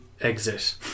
exit